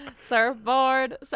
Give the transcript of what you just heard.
Surfboard